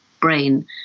brain